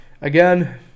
again